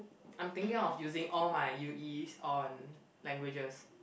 I'm thinking of using all my U_Es on languages